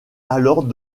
alors